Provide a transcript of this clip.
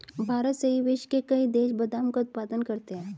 भारत सहित विश्व के कई देश बादाम का उत्पादन करते हैं